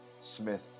smith